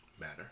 matter